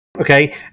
Okay